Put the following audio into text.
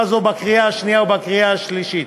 הזאת בקריאה שנייה ובקריאה שלישית.